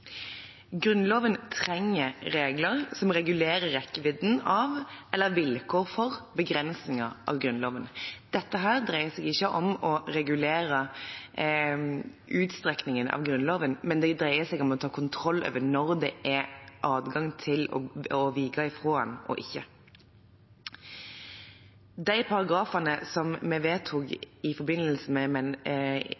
Grunnloven trenger regler som regulerer rekkevidden av eller vilkår for begrensninger av Grunnloven. Dette dreier seg ikke om å regulere utstrekningen av Grunnloven, men det dreier seg om å ta kontroll over når det er adgang til å avvike fra den, og når det ikke er det. De paragrafene som vi vedtok